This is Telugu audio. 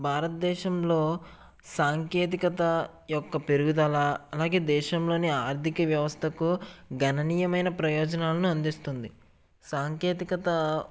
భారతదేశంలో సాంకేతికత యొక్క పెరుగుదల అలాగే దేశంలోని ఆర్థిక వ్యవస్థకు ఘననీయమైన ప్రయోజనాలను అందిస్తుంది సాంకేతికత